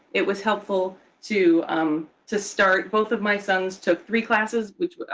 it was helpful to um to start both of my sons took three classes,